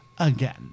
again